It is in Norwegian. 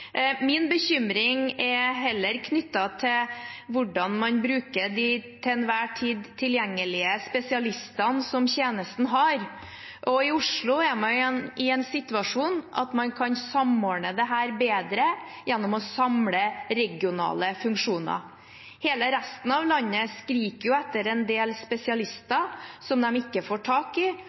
Min bekymring er heller knyttet til hvordan man bruker de til enhver tid tilgjengelige spesialistene som tjenesten har, og i Oslo er man i den situasjonen at man kan samordne dette bedre gjennom å samle regionale funksjoner. Hele resten av landet skriker etter en del spesialister som de ikke får tak i,